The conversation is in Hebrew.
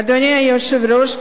אדוני היושב-ראש,